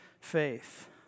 faith